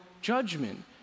judgment